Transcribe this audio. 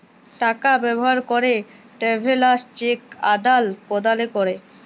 টাকা ব্যবহার ক্যরে ট্রাভেলার্স চেক আদাল প্রদালে ক্যরে